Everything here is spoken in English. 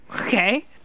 okay